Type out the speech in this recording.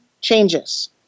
changes